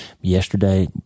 Yesterday